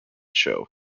show